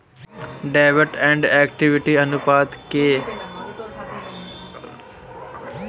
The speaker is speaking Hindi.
डेब्ट एंड इक्विटी अनुपात के आकलन का सूत्र मेरे मित्र ने बताया